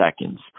seconds